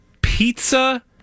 pizza